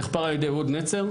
נחפר על ידי אהוד נצר,